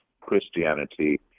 Christianity